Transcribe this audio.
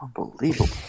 Unbelievable